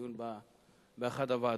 באחת הוועדות.